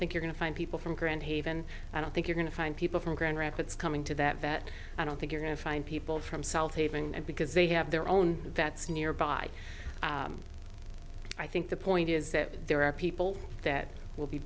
think you're going to find people from grand haven i don't think you're going to find people from grand rapids coming to that that i don't think you're going to find people from south haven and because they have their own that's nearby i think the point is that there are people that will be